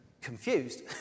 confused